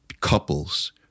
couples